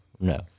No